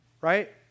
right